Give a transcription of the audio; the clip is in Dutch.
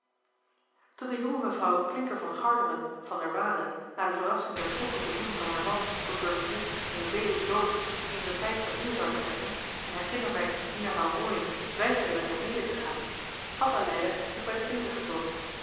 de jonge mevrouw klincker van garderen van der waele na de verrassing der vroege benoeming van haar man tot burgemeester in een veluwsch dorp van hier zou vertrekken en haar kindermeid dina van rooien weigerde met haar mede te gaan betoonde aleida zich bij de pinken